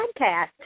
podcast